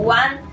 one